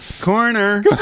corner